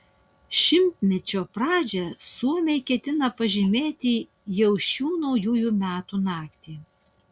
šimtmečio pradžią suomiai ketina pažymėti jau šių naujųjų metų naktį